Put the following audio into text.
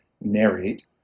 narrate